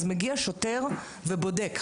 מגיע שוטר ובודק.